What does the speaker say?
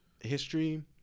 history